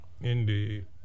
Indeed